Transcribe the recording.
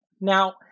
Now